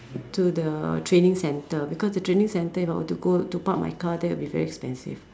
to the training centre because the training centre if I were to go to park my car that will be very expensive